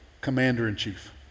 Commander-in-Chief